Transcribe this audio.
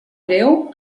breu